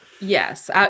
Yes